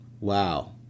Wow